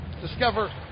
Discover